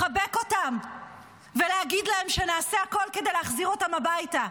לחבק אותם ולהגיד להם שנעשה הכול כדי להחזיר אותם הביתה.